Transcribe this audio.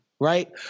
Right